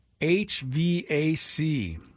HVAC